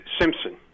Simpson